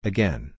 Again